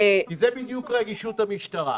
כי זה בדיוק רגישות המשטרה.